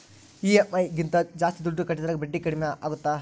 EMI ಗಿಂತ ಜಾಸ್ತಿ ದುಡ್ಡು ಕಟ್ಟಿದರೆ ಬಡ್ಡಿ ಕಡಿಮೆ ಆಗುತ್ತಾ?